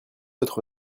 votre